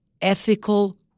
ethical